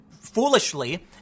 foolishly